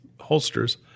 holsters